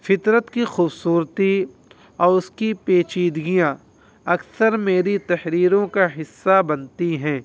فطرت کی خوبصورتی اور اس کی پیچیدگیاں اکثر میری تحریروں کا حصہ بنتی ہیں